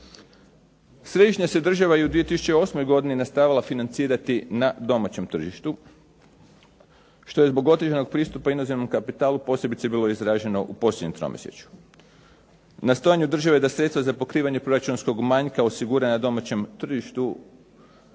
Središnja se država i u 2008. godini nastavila financirati na domaćem tržištu. Što je zbog određenog pristupa inozemnom kapitalu posebice bilo izraženo u posljednjem tromjesečju. Nastojanju države da sredstva za pokrivanje proračunskog manjka osigura na domaćem tržištu